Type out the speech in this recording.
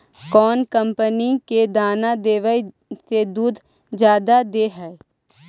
कौन कंपनी के दाना देबए से दुध जादा दे है?